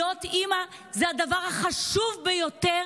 להיות אימא זה הדבר החשוב ביותר,